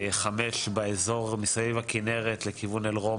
חמש באזור מסביב לכנרת באזור אלרום,